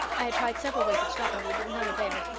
i had tried several ways of stopping you but none availed,